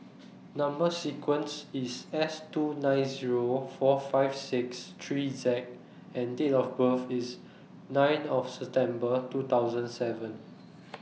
Number sequence IS S two nine Zero four five six three Z and Date of birth IS nine of November two thousand seven